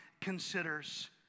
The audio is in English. considers